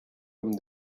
comme